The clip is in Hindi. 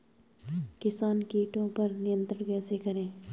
किसान कीटो पर नियंत्रण कैसे करें?